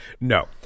No